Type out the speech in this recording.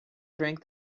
drank